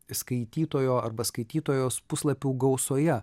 skaitytojo arba skaitytojos puslapių gausoje